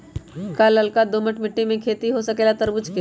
का लालका दोमर मिट्टी में खेती हो सकेला तरबूज के?